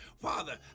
Father